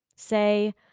Say